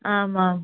आम् आम्